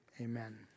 Amen